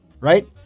right